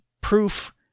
proof